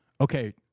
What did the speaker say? Okay